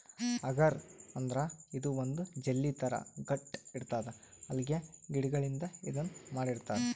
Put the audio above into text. ಅಗರ್ ಅಂದ್ರ ಇದು ಒಂದ್ ಜೆಲ್ಲಿ ಥರಾ ಗಟ್ಟ್ ಇರ್ತದ್ ಅಲ್ಗೆ ಗಿಡಗಳಿಂದ್ ಇದನ್ನ್ ಮಾಡಿರ್ತರ್